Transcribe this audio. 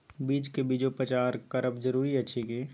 बीज के बीजोपचार करब जरूरी अछि की?